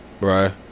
Right